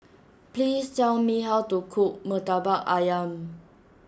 please tell me how to cook Murtabak Ayam